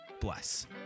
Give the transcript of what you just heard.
bless